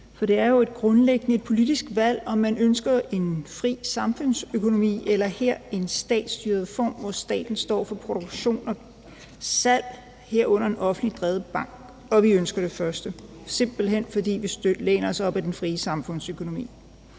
For det er jo grundlæggende et politisk valg, om man ønsker en fri samfundsøkonomi eller som her en statsstyret form, hvor staten står for produktion og salg, herunder en offentligt drevet bank, og vi ønsker det første, simpelt hen fordi vi læner os op ad den frie samfundsøkonomi.